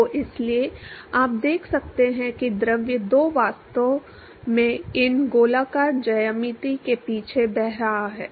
तो इसलिए आप देख सकते हैं कि द्रव दो वास्तव में इन गोलाकार ज्यामिति के पीछे बह रहा है